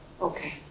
Okay